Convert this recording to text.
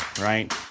right